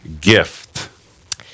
gift